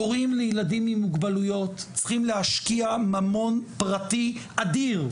הורים לילדים עם מוגבלויות צריכים להשקיע ממון פרטי אדיר.